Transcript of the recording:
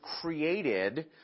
created